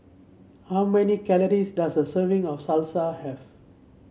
how many calories does a serving of Salsa have